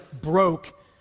broke